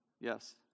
yes